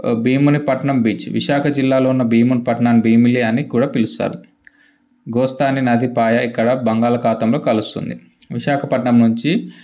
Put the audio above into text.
Bheemunipatnam beach Visakha జిల్లాలో ఉన్న భీమునిపట్నాన్ని భీమిలీ అని కూడా పిలుస్తారు గోస్తాని నది పాయ ఇక్కడ బంగాళాఖాతంలో కలుస్తుంది విశాఖపట్నం నుంచి